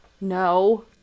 No